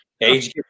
age